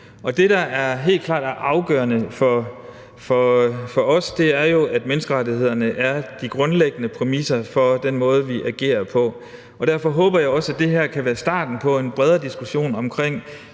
Det, der helt klart er afgørende for os, er jo, at menneskerettighederne er de grundlæggende præmisser for den måde, vi agerer på. Derfor håber jeg også, at det her kan være starten på en bredere diskussion om,